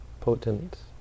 potent